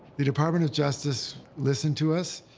the department of justice listened to us.